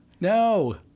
no